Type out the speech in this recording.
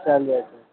چلیے ٹھیک